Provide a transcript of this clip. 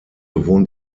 wohnt